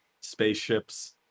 spaceships